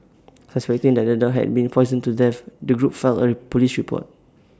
suspecting that the dog had been poisoned to death the group filed A Police report